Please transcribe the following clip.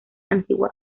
antigua